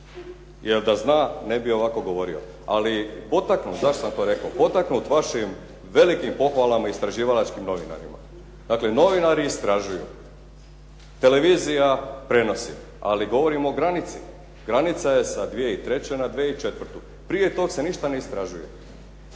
Jer da zna ne bi ovako govorio. Zašto sam to rekao? Potaknut vašim velikim pohvalama istraživalačkim novinarima. Dakle, novinari istražuju. Televizija prenosi ali govorimo o granici. Granica je sa 2003. na 2004. Prije toga se ništa ne istražuje.